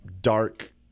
dark